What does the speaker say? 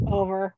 over